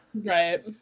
Right